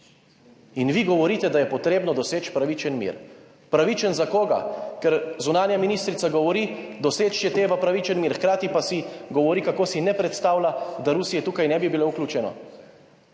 In vi govorite, da je potrebno doseči pravičen mir. Pravičen, za koga? Ker zunanja ministrica govori, doseči je treba pravičen mir, hkrati pa govori, kako si ne predstavlja, da Rusije tukaj ne bi bilo vključeno,.